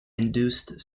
induced